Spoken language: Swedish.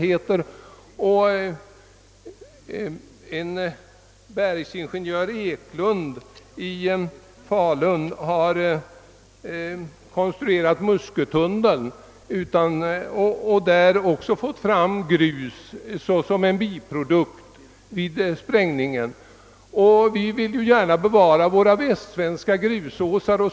En bergmästare Eklund i Falun, som har konstruerat Muskötunneln, har där också fått fram grus som en biprodukt vid sprängningen. Vi vill ju gärna bevara våra västsvenska grusåsar.